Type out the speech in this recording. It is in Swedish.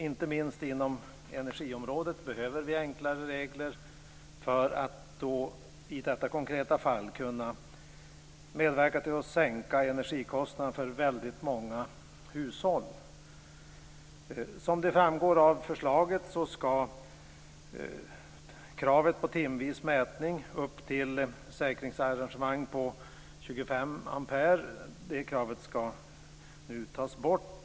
Inte minst inom energiområdet behöver vi enklare regler för att i detta konkreta fall kunna medverka till att sänka energikostnaderna för väldigt många hushåll. Som framgår av förslaget skall kravet på timvis mätning upp till säkringsarrangemang på 25 ampere nu tas bort.